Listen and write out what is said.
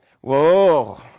Whoa